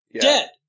Dead